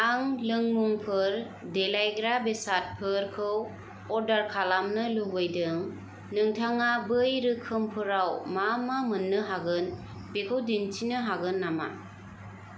आं लोंमुंफोर देलायग्रा बेसादफोरखौ अर्डार खालामनो लुबैदों नोंथाङा बै रोखोमफोराव मा मा मोननो हागोन बेखौ दिन्थिनो हागोन नमा